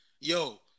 Yo